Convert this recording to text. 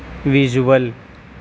visual